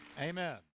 Amen